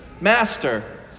Master